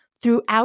throughout